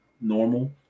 normal